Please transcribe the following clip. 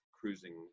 cruising